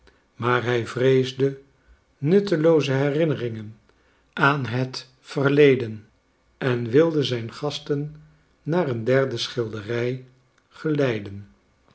maar hij vreesde nuttelooze herinneringen aan het verledene en wilde zijn gasten naar een derde schilderij geleiden